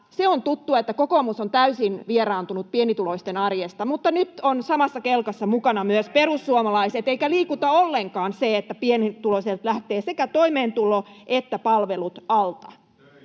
Se on tuttua, että kokoomus on täysin vieraantunut pienituloisten arjesta, mutta kyllä on ihmeellistä, että nyt ovat samassa kelkassa mukana myös perussuomalaiset, eikä liikuta ollenkaan, että pienituloiselta lähtevät sekä toimeentulo että palvelut alta.